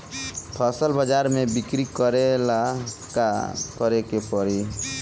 फसल बाजार मे बिक्री करेला का करेके परी?